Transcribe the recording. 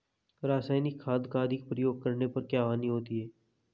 रासायनिक खाद का अधिक प्रयोग करने पर क्या हानि होती है?